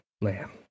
lamb